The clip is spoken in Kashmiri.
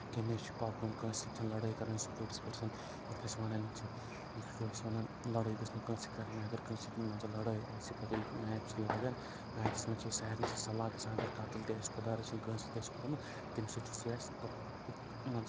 کَمہِ آیہِ چھُ پَکُن کٲنٛسہِ سۭتۍ چھَنہٕ لَڈٲے کَرٕنۍ سُپوٚٹٕس پٔرسَن یَتھ أسۍ وَنان چھِ سُہ چھُ اَسہِ وَنان لَڈٲے گٔژھ نہٕ کٲنٛسہِ سۭتۍ کَرٕنۍ اَگر کٲنٛسہِ سۭتۍ مان ژٕ لڑٲے آسہِ پَتہٕ ییٚلہِ میچ چھُ لَگان میچس منٛز چھِ أسۍ سارنٕے سۭتۍ صلح گژھان اَگر قتٕل تہِ آسہِ خۄدا رٔچھٕنۍ کٲنٛسہِ سۭتۍ اَسہِ کوٚرمُت تَمہِ سۭتۍ چھُ اَسہ مان ژٕ